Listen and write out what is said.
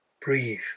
Breathe